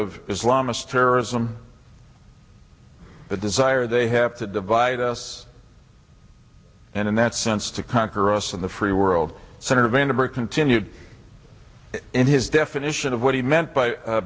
of islamic terrorism the desire they have to divide us and in that sense to conquer us in the free world center of a number continued in his definition of what he meant by